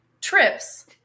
trips